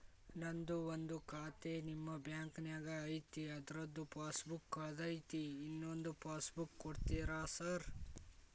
ನಂದು ಒಂದು ಖಾತೆ ನಿಮ್ಮ ಬ್ಯಾಂಕಿನಾಗ್ ಐತಿ ಅದ್ರದು ಪಾಸ್ ಬುಕ್ ಕಳೆದೈತ್ರಿ ಇನ್ನೊಂದ್ ಪಾಸ್ ಬುಕ್ ಕೂಡ್ತೇರಾ ಸರ್?